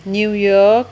new York